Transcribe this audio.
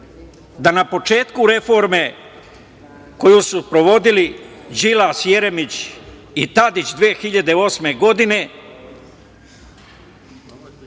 da na početku reforme koju su provodili Đilas, Jeremić i Tadić 2008. godine,